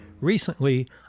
Recently